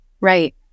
right